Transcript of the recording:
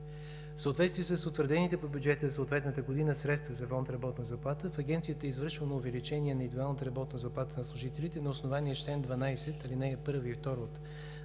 В съответствие с утвърдените по бюджета за съответната година средства за фонд „Работна заплата“ в Агенцията е извършвано увеличение на индивидуалната работна заплата на служителите на основание чл. 12, ал. 1 и 2 от Наредбата